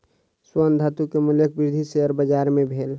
स्वर्ण धातु के मूल्यक वृद्धि शेयर बाजार मे भेल